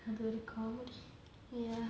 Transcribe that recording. the recovered ya